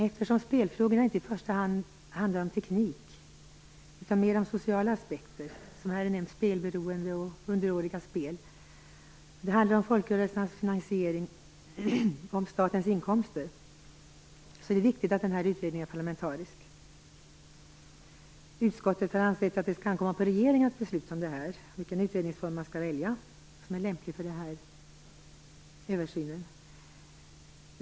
Eftersom spelfrågorna inte i första hand handlar om teknik, utan mer om sociala aspekter - såsom spelberoende och spel bland underåriga, som nämnts i debatten -, om folkrörelsefinansiering och om statens inkomster är det viktigt att utredningen är parlamentarisk. Utskottet har ansett att det skall ankomma på regeringen att besluta om vilken utredningsform som skall väljas som lämplig för översynen.